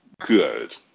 Good